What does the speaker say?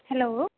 hello